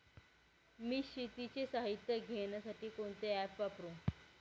मी शेतीचे साहित्य घेण्यासाठी कोणते ॲप वापरु?